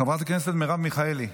חברת הכנסת מרב מיכאלי.